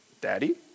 Daddy